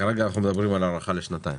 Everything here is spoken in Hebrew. כרגע אנחנו מדברים על הארכה לשנתיים.